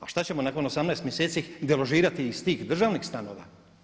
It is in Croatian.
A šta ćemo nakon 18 mjeseci deložirati ih i iz tih državnih stanova?